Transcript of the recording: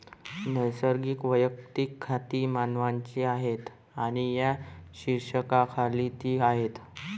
नैसर्गिक वैयक्तिक खाती मानवांची आहेत आणि या शीर्षकाखाली ती आहेत